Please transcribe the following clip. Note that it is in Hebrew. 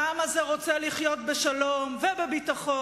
העם הזה רוצה לחיות בשלום ובביטחון,